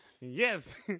Yes